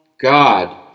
God